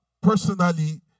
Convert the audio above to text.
Personally